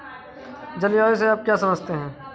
जलवायु से आप क्या समझते हैं?